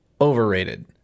overrated